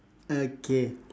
okay